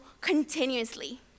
continuously